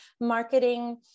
marketing